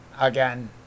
Again